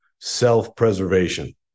self-preservation